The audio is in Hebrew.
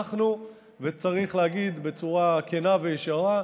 צריך להגיד בצורה כנה וישרה: